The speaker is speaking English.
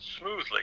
smoothly